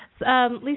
Lisa